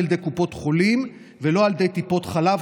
ידי קופות חולים ולא על ידי טיפות חלב,